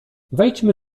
wejdźmy